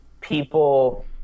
people